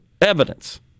evidence